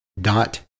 dot